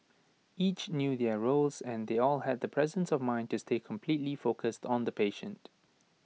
each knew their roles and they all had the presence of mind to stay completely focused on the patient